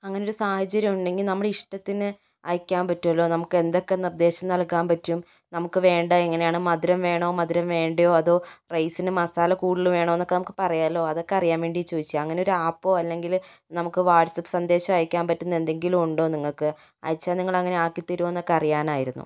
അങ്ങനെ ഒരു സാഹചര്യമുണ്ടെങ്കിൽ നമ്മുടെ ഇഷ്ടത്തിന് അയക്കാൻ പറ്റൂമല്ലോ നമുക്കെന്തൊക്കെ നിർദ്ദേശം നൽകാൻ പറ്റും നമുക്ക് വേണ്ട എങ്ങനെയാണ് മധുരം വേണോ മധുരം വേണ്ടയോ അതോ റൈസിന് മസാല കൂടുതൽ വേണോയെന്നൊക്കെ നമുക്ക് പറയാമല്ലോ അതൊക്കെ അറിയാൻ വേണ്ടി ചോദിച്ചതാ അങ്ങനെ ഒരു ആപ്പോ അല്ലെങ്കിൽ നമുക്ക് വാട്സ്ആപ്പ് സന്ദേശം അയക്കാൻ പറ്റുന്ന എന്തെങ്കിലും ഉണ്ടോ നിങ്ങൾക്ക് അയച്ചാൽ നിങ്ങളങ്ങനെ ആക്കി തരുമോയെന്നൊക്കെ അറിയാൻ ആയിരുന്നു